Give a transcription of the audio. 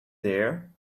there